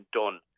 done